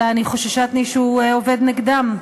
אלא חוששתני שהוא עובד נגדם.